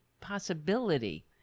possibility